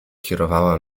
kierowała